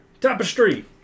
tapestry